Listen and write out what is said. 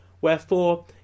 Wherefore